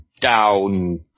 down